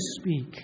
speak